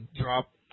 drop